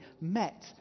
met